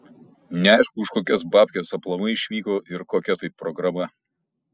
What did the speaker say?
neaišku už kokias babkes aplamai išvyko ir kokia tai programa